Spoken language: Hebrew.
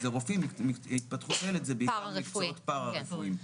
התפתחות הילד זה בעיקר מקצועות פרה-רפואיים.